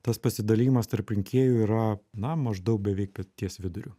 tas pasidalijimas tarp rinkėjų yra na maždaug beveik bet ties viduriu